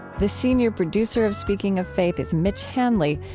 the senior producer of speaking of faith is mitch hanley,